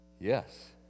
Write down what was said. yes